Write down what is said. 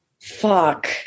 Fuck